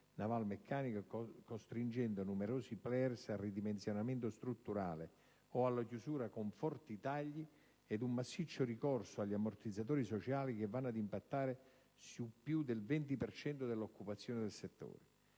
navalmeccanica, costringendo numerosi *player* al ridimensionamento strutturale o alla chiusura, con forti tagli ed un massiccio ricorso agli ammortizzatori sociali che vanno ad impattare su più del 20 per cento dell'occupazione del settore.